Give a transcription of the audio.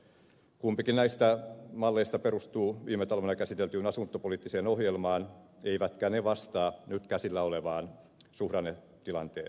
kumpikin näistä malleista perustuu viime talvena käsiteltyyn asuntopoliittiseen ohjelmaan eivätkä ne vastaa nyt käsillä olevaan suhdannetilanteeseen